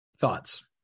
Thoughts